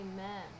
Amen